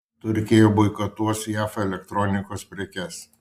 turkija boikotuos jav elektronikos prekes